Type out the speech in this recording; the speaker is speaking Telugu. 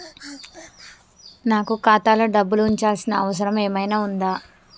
నాకు ఖాతాలో డబ్బులు ఉంచాల్సిన అవసరం ఏమన్నా ఉందా?